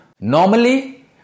normally